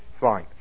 fine